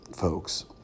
folks